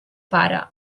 pare